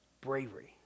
Bravery